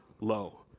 low